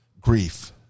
grief